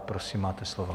Prosím, máte slovo.